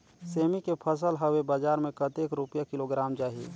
सेमी के फसल हवे बजार मे कतेक रुपिया किलोग्राम जाही?